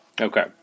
Okay